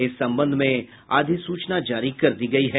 इस संबंध में अधिसूचना जारी कर दी गयी है